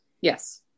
yes